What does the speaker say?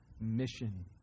mission